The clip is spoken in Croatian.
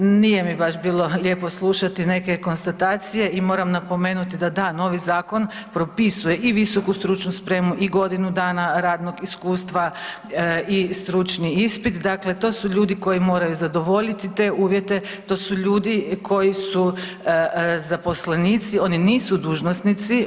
Nije mi baš lijepo slušati neke konstatacije i moram napomenuti da, da novi zakon propisuje i VSS i godinu dana radnog iskustva i stručni ispit dakle to su ljudi koji moraju zadovoljiti te uvjete, to su ljudi koji su zaposlenici, oni nisu dužnosnici.